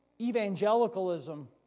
evangelicalism